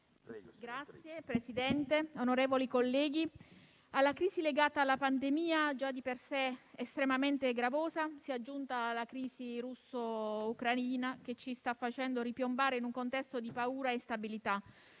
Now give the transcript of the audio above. Signor Presidente, onorevoli colleghi, alla crisi legata alla pandemia, già di per sé estremamente gravosa, si è aggiunta la crisi russo-ucraina che ci sta facendo ripiombare in un contesto di paura e instabilità.